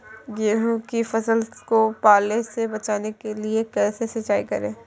गेहूँ की फसल को पाले से बचाने के लिए कैसे सिंचाई करें?